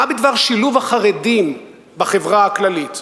מה בדבר שילוב החרדים בחברה הכללית?